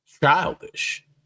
childish